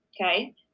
Okay